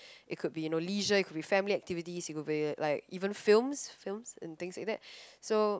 it could be you know leisure it could be family activities it could be like even films films and things like that so